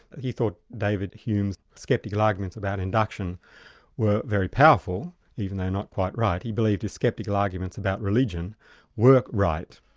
he thought david hume's sceptical arguments about induction were very powerful, even though not quite right. he believed his sceptical arguments about religion weren't right.